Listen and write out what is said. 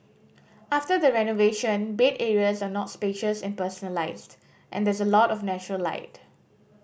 after the renovation bed areas are not spacious and personalised and there is a lot of natural light